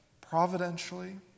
providentially